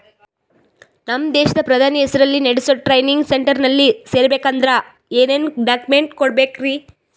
ನಮ್ಮ ದೇಶದ ಪ್ರಧಾನಿ ಹೆಸರಲ್ಲಿ ನೆಡಸೋ ಟ್ರೈನಿಂಗ್ ಸೆಂಟರ್ನಲ್ಲಿ ಸೇರ್ಬೇಕಂದ್ರ ಏನೇನ್ ಡಾಕ್ಯುಮೆಂಟ್ ಕೊಡಬೇಕ್ರಿ?